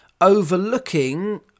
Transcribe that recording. overlooking